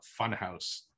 Funhouse